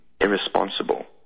irresponsible